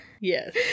yes